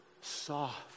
soft